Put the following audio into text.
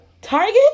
Target